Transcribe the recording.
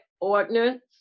ordinance